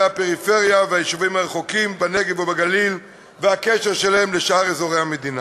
הפריפריה וביישובים הרחוקים בנגב ובגליל ובקשר שלהם לשאר אזורי המדינה.